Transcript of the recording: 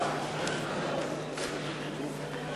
וקבוצת סיעת יהדות התורה לסעיף 4 לא נתקבלה.